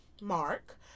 Mark